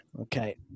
Okay